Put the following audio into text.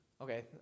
Okay